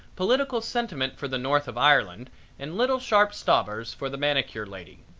political sentiment for the north of ireland and little sharp stobbers for the manicure lady.